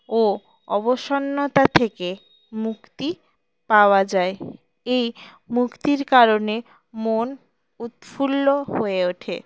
ও অবসন্নতা থেকে মুক্তি পাওয়া যায় এই মুক্তির কারণে মন উৎফুল্ল হয়ে ওঠে